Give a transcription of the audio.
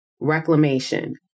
reclamation